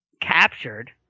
captured